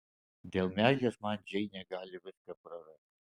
dėl meilės man džeinė gali viską prarasti